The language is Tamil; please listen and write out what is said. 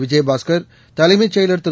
விஜயபாஸ்கர் தலைமைச் செயலாள் திரு